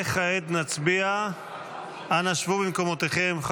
אנא שבו במקומותיכם.